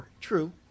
True